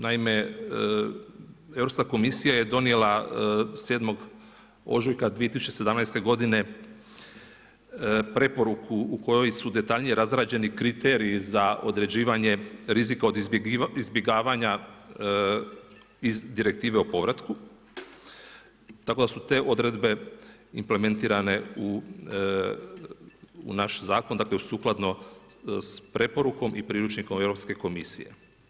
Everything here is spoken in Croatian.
Naime, Europska komisija je donijela 7. ožujka 2017. godine preporuku u kojoj su detaljnije razrađeni kriteriji za određivanje rizika od izbjegavanja direktive o povratku, tako da su te odredbe implementirane u naš zakon, dakle, sukladno s preporukom i priručnikom Europske komisije.